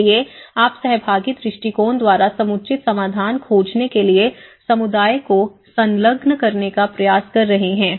इसलिए आप सहभागी दृष्टिकोण द्वारा समुचित समाधान खोजने के लिए समुदाय को संलग्न करने का प्रयास कर रहे हैं